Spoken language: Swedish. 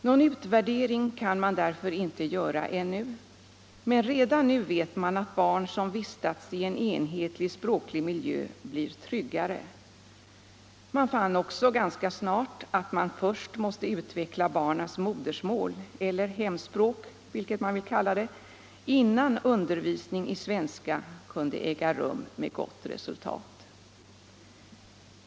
Någon utvärdering kan man därför inte göra ännu, men redan nu vet man att barn som vistas i en enhetlig språklig miljö blir tryggare. Man fann också ganska snart att man först måste utveckla barnens modersmål eller hemspråk — vilket man nu vill kalla det — innan undervisning i svenska kunde äga rum med gott resultat.